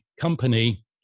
company